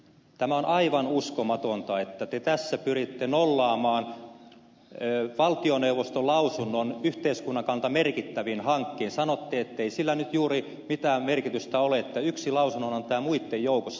tämä on aivan uskomatonta että te tässä pyritte nollaamaan valtioneuvoston lausunnon yhteiskunnan kannalta merkittävän hankkeen sanotte ettei sillä nyt juuri mitään merkitystä ole että se on yksi lausunnonantaja muitten joukossa